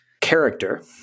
character